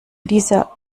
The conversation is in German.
dieser